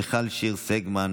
חברת הכנסת מיכל שיר סגמן,